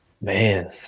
Man